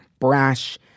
brash